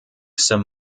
some